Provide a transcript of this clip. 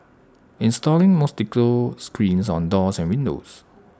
installing mosquito screens on doors and windows